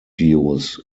use